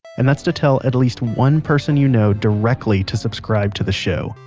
and that's to tell at least one person you know directly to subscribe to the show.